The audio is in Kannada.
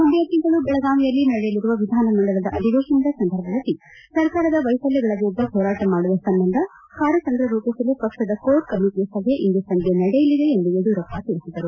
ಮುಂದಿನ ತಿಂಗಳು ಬೆಳಗಾವಿಯಲ್ಲಿ ನಡೆಯಲಿರುವ ವಿಧನಮಂಡಲದ ಅಧಿವೇಶನ ಸಂದರ್ಭದಲ್ಲಿ ಸರ್ಕಾರದ ವೈಫಲ್ಟಗಳ ವಿರುದ್ದ ಹೋರಾಟ ಮಾಡುವ ಸಂಬಂಧ ಕಾರ್ಯತಂತ್ರ ರೂಪಿಸಲು ಪಕ್ಷದ ಕೋರ್ ಕಮಿಟಿ ಸಭೆ ಇಂದು ಸಂಜೆ ನಡೆಯಲಿದೆ ಎಂದು ಯಡಿಯೂರಪ್ಪ ತಿಳಿಸಿದರು